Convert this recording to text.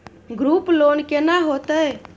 Group loan केना होतै?